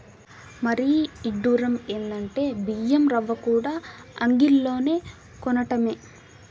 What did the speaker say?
మరీ ఇడ్డురం ఎందంటే బియ్యం రవ్వకూడా అంగిల్లోనే కొనటమే